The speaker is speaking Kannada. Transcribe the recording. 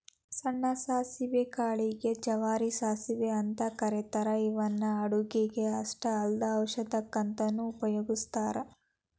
ಸಣ್ಣ ಸಾಸವಿ ಕಾಳಿಗೆ ಗೆ ಜವಾರಿ ಸಾಸವಿ ಅಂತ ಕರೇತಾರ ಇವನ್ನ ಅಡುಗಿಗೆ ಅಷ್ಟ ಅಲ್ಲದ ಔಷಧಕ್ಕಂತನು ಉಪಯೋಗಸ್ತಾರ